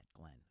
Glenn